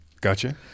Gotcha